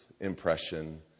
impression